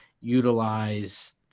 utilize